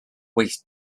waste